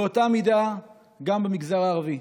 באותה מידה גם במגזר הערבי.